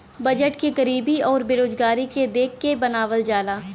budget के गरीबी आउर बेरोजगारी के देख के बनावल जाला